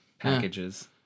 packages